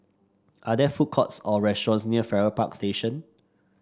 are there food courts or restaurants near Farrer Park Station